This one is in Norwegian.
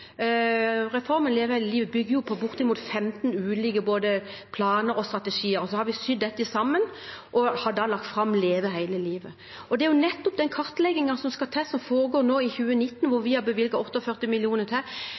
Reformen Leve hele livet bygger på bortimot 15 ulike både planer og strategier. Så har vi sydd dette sammen og har lagt fram Leve hele livet. Nettopp den kartleggingen som skal til, som foregår nå, i 2019, som vi har bevilget 48 mill. kr til,